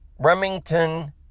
Remington